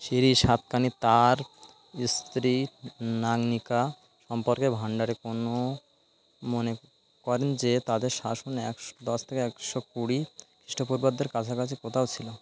সিরি সাতকানী তার স্ত্রী নাগনিকা সম্পর্কে ভাণ্ডারে কোনো মনে করেন যে তাদের শাসন একশো দশ থেকে একশো কুড়ি খ্রিস্টপূর্বাব্দের কাছাকাছি কোথাও ছিল